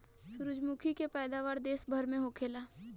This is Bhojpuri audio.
सूरजमुखी के पैदावार देश भर में होखेला